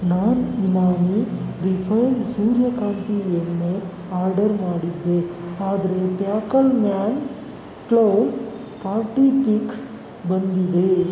ನಾನು ಇಮಾಮಿ ರಿಫೈನ್ಡ್ ಸೂರ್ಯಕಾಂತಿ ಎಣ್ಣೆ ಆರ್ಡರ್ ಮಾಡಿದ್ದೆ ಆದರೆ ಫ್ಯಾಕಲ್ಮ್ಯಾನ್ ಕ್ಲೌನ್ ಪಾರ್ಟಿ ಪಿಕ್ಸ್ ಬಂದಿದೆ